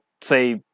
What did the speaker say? say